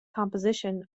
composition